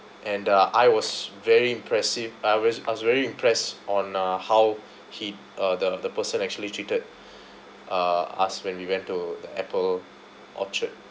and uh I was very impressive I was I was very impressed on uh how he uh the the person actually treated uh us when we went to the Apple orchard